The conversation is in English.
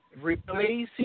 replacing